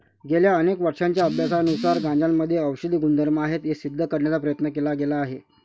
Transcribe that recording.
गेल्या अनेक वर्षांच्या अभ्यासानुसार गांजामध्ये औषधी गुणधर्म आहेत हे सिद्ध करण्याचा प्रयत्न केला गेला आहे